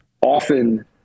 often